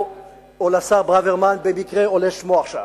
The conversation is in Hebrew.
או לשר ברוורמן, במקרה עולה שמו עכשיו.